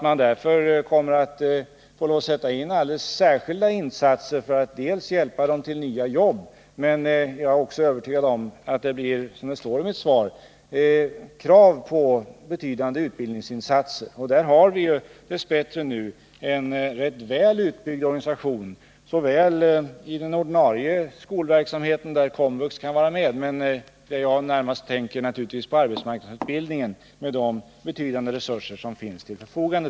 Man kommer därför att få lov att göra alldeles speciella insatser för att hjälpa dem som berörs till nya jobb, men jag är också övertygad om att det därutöver kommer att behöva göras betydande utbildningsinsatser, vilket jag också framhåller i mitt svar. I det avseendet har vi dess bättre nu en rätt väl utbyggd organisation såväl inom den ordinarie skolverksamheten genom KOMVUX som — vilket jag kanske närmast tänker på — inom arbetsmarknadsutbildningen, där vi har betydande resurser som kan ställas till förfogande.